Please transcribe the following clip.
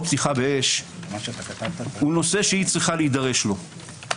פתיחה באש הוא נושא שהיא צריכה להידרש לו,